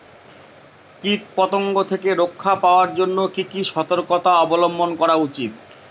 কীটপতঙ্গ থেকে রক্ষা পাওয়ার জন্য কি কি সর্তকতা অবলম্বন করা উচিৎ?